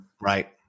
Right